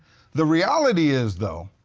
the reality is, though,